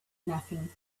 nothing